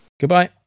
Goodbye